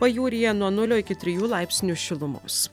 pajūryje nuo nulio iki trijų laipsnių šilumos